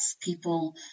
people –